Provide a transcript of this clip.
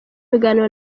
biganiro